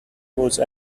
lose